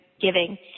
giving